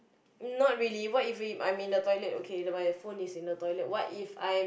not really what if we I'm in the toilet okay my phone is in the toilet what if I'm